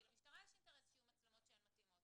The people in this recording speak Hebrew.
כי למשטרה יש אינטרס שיהיו מצלמות שהן מתאימות,